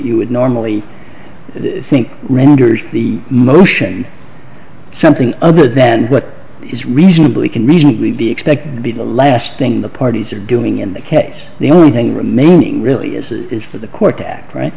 you would normally think renders the motion something other then what is reasonably can reasonably be expected to be the last thing the parties are doing in that case the only thing remaining really is for the court to act right